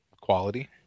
Quality